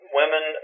women